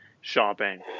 shopping